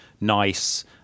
nice